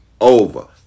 over